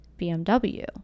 BMW